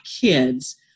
kids